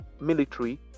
military